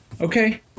Okay